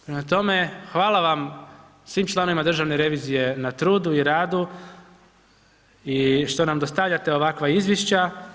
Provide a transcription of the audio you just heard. Prema tome, hvala vam, svim članovima državne revizije na trudu i radu i što nam dostavljate ovakva izvješća.